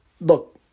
look